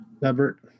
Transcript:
Lebert